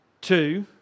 Two